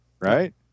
right